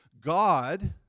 God